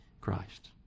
Christ